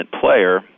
player